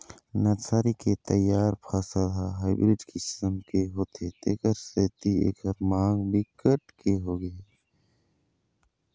nursery के तइयार फसल ह हाइब्रिड किसम के होथे तेखर सेती एखर मांग बिकट के होगे हे